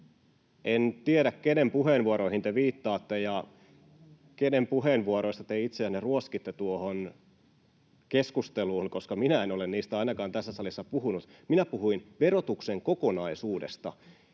En tiedä, kenen puheenvuoroihin te viittaatte ja kenen puheenvuoroista te itseänne ruoskitte tuohon keskusteluun, koska minä en ole niistä ainakaan tässä salissa puhunut. Minä puhuin verotuksen kokonaisuudesta.